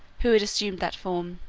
who had assumed that form.